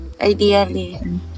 ideally